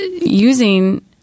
using